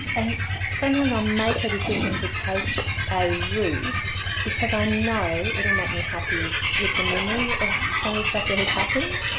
and sometimes i'll make a decision to take a route because i know that it will make me happy with the memory of some of the stuff that has happened.